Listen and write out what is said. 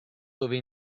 dove